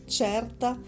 certa